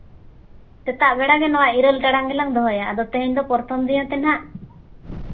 ᱥᱮᱛᱟᱜ ᱵᱮᱲᱟ ᱜᱮ ᱱᱚᱣᱟ ᱤᱨᱟᱹᱞ ᱴᱟᱲᱟᱝ ᱜᱮᱞᱟᱝ ᱫᱚᱦᱚᱭᱟ ᱟᱫᱚ ᱛᱮᱦᱮᱧ ᱫᱚ ᱯᱨᱚᱛᱷᱚᱢ ᱫᱤᱭᱮᱛᱮ ᱱᱟᱦᱟᱸᱜ